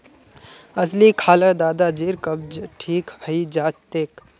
अलसी खा ल दादाजीर कब्ज ठीक हइ जा तेक